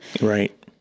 Right